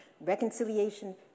Reconciliation